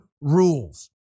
rules